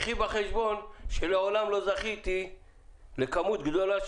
קחי בחשבון שמעולם לא זכיתי למספר גדול כל כך